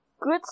Good